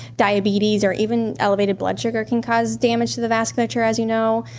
diabetes or even elevated blood sugar can cause damage to the vasculature, as you know.